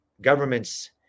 governments